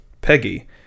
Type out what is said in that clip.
Peggy